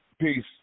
Peace